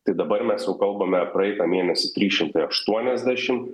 tai dabar mes jau kalbame praeitą mėnesį trys šimtai aštuoniasdešim